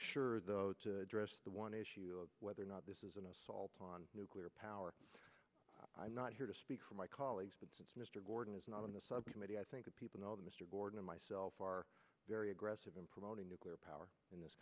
sure though to address the one issue of whether or not this is an assault on nuclear power i'm not here to speak for my colleagues but since mr gordon is not on the subcommittee i think people know that mr gordon and myself are very aggressive in promoting nuclear power in this